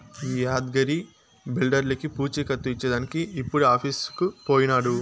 ఈ యాద్గగిరి బిల్డర్లకీ పూచీకత్తు ఇచ్చేదానికి ఇప్పుడే ఆఫీసుకు పోయినాడు